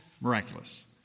miraculous